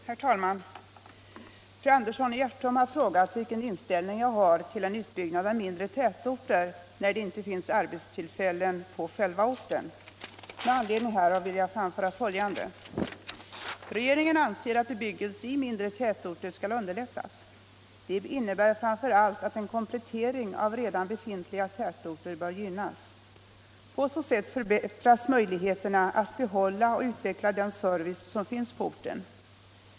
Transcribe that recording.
Herr talman! Fru Andersson i Hjärtum har frågat vilken inställning jag har till en utbyggnad av mindre tätorter när det inte finns arbetstillfällen på själva orten. Med anledning härav vill jag framföra följande. Regeringen anser att bebyggelse i mindre tätorter skall underlättas. Det innebär framför allt att en komplettering av redan befintliga tätorter bör gynnas. På så sätt förbättras möjligheterna att behålla och utveckla den service som finns på orten.